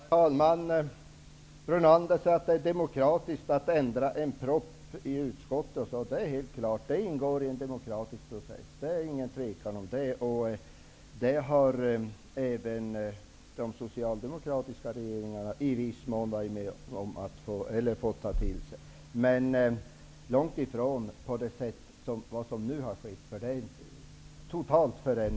Herr talman! Lennart Brunander säger att det är demokratiskt att ändra en propositions förslag i utskottet. Det är helt klart att det ingår i en demokratisk process. Det råder inget tvivel om det. Det fick även de socialdemokratiska regeringarna i viss mån ta till sig. Men det var långt ifrån det som nu har skett.